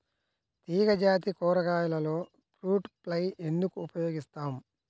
తీగజాతి కూరగాయలలో fruit fly ఎందుకు ఉపయోగిస్తాము?